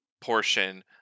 portion